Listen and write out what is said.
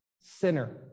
sinner